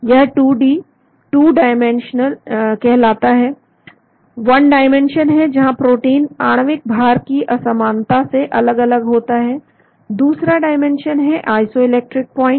यह 2D 2 dimension कहलाता है 1 डाइमेंशन है जहां प्रोटीन आणविक भार की असमानता से अलग अलग होता है दूसरा डायमेंशन है आइसोइलेक्ट्रिक प्वाइंट